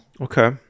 Okay